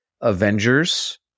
Avengers